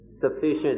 sufficient